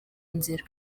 nzira